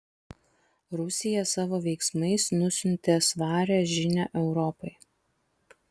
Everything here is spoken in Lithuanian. rusija savo veiksmais nusiuntė svarią žinią europai